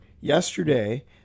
yesterday